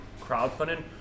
crowdfunding